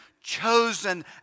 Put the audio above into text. chosen